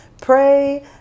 Pray